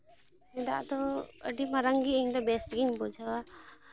ᱫᱟᱜ ᱫᱚ ᱟᱹᱰᱤ ᱢᱟᱨᱟᱝ ᱜᱮ ᱤᱧᱫᱚ ᱵᱮᱥ ᱜᱤᱧ ᱵᱩᱡᱷᱟᱹᱣᱟ